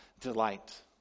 delight